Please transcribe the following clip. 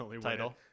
title